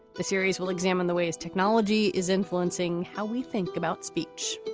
the series will examine the ways technology is influencing how we think about speech.